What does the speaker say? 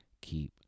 keep